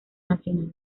nacional